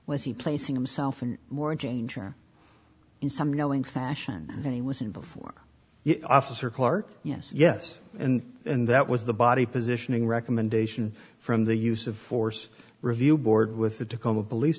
was he placing himself in more change or in some yelling fashion than he was in before officer clark yes yes and and that was the body positioning recommendation from the use of force review board with it to come a police